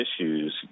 issues